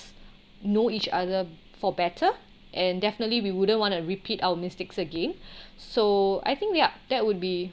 know each other for better and definitely we wouldn't want to repeat our mistakes again so I think yup that would be